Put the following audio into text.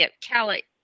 Kelly